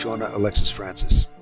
ah and alexis francis.